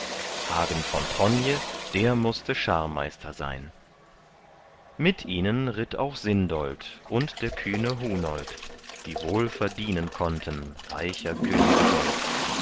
hagen von tronje der mußte scharmeister sein mit ihnen ritt auch sindold und der kühne hunold die wohl verdienen konnten reicher könge gold